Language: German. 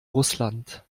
russland